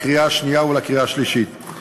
לקריאה השנייה ולקריאה השלישית.